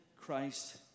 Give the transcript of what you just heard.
Christ